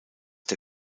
der